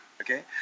okay